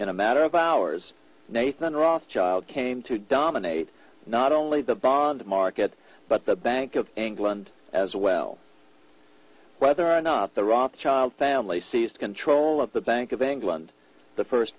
in a matter of hours nathan rothschild came to dominate not only the bond market but the bank of england as well whether or not the rothschild family seized control of the bank of england the first